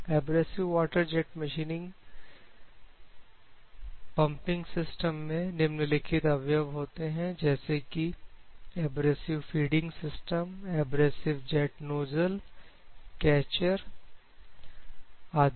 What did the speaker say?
abrasive water jet machining pumping सिस्टममें निम्नलिखित अवयव होते हैं जैसे कि abrasive feeding system abrasive jet nozzle catcher आदि